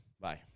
Bye